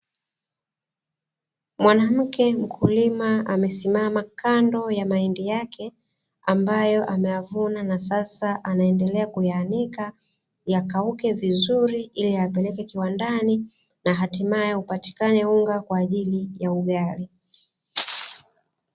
Mwanamke mkulima amesimama kando ya mahindi yake amabyo ameyavuna na sasa anaendelea kuyaanika, yakauke vizuri ili apeleke kiwandani na hatimaye upatikane unga kwa ajili ya ugali.